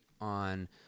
on